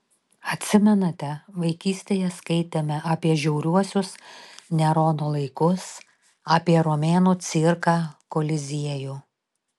atsimenate vaikystėje skaitėme apie žiauriuosius nerono laikus apie romėnų cirką koliziejų